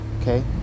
okay